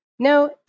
No